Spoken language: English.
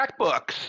MacBooks